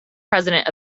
president